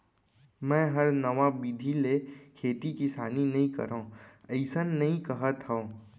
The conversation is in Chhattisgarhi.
मैं हर नवा बिधि ले खेती किसानी नइ करव अइसन नइ कहत हँव